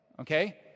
okay